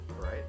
right